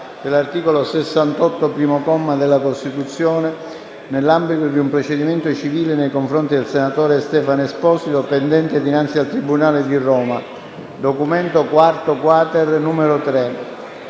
dell'articolo 68, primo comma, della Costituzione, nell'ambito di un procedimento civile nei confronti del senatore Stefano Esposito, pendente dinanzi al tribunale di Roma». La relazione della